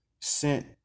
sent